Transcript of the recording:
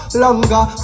longer